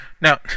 Now